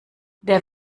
der